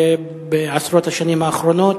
בארץ בעשרות השנים האחרונות?